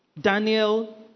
Daniel